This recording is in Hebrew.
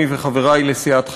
אני וחברי לסיעת חד"ש,